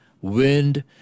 wind